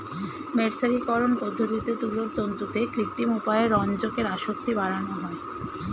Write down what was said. মের্সারিকরন পদ্ধতিতে তুলোর তন্তুতে কৃত্রিম উপায়ে রঞ্জকের আসক্তি বাড়ানো হয়